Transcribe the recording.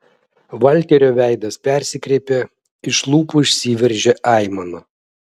valterio veidas persikreipė iš lūpų išsiveržė aimana